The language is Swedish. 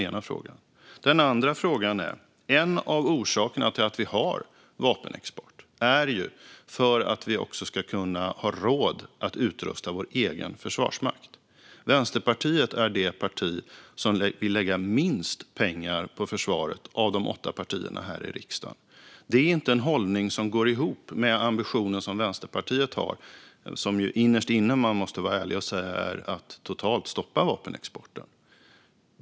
En av orsakerna till att vi har vapenexport är att vi också ska ha råd att utrusta vår egen försvarsmakt. Vänsterpartiet är det parti som vill lägga minst pengar på försvaret av de åtta partierna i riksdagen. Det är inte en hållning som går ihop med ambitionen som Vänsterpartiet har. Den ambitionen är innerst inne att totalt stoppa vapenexporten.